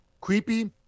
creepy